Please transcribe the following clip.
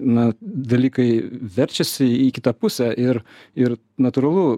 na dalykai verčiasi į kitą pusę ir ir natūralu